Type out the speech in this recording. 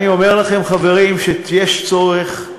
אני אומר לכם, חברים, שיש צורך,